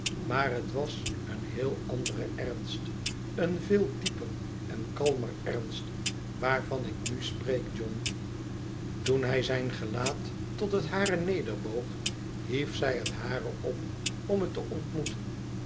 imaar het was een heel andere ernst een veel dieper en kalmer ernst waarvan ik nu spreek john toen hij zijn gelaat tot het hare nederboog hief zij het hare op om het te ontmoeten